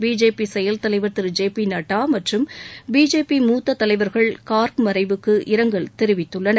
BJP செயல்தலைவர் திரு J P Nadda மற்றும் பிஜேபி மூத்த தலைவர்கள் கார்க் மறைவுக்கு இரங்கல் தெரிவித்துள்ளனர்